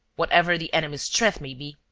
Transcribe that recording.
whatever the enemy's strength may be.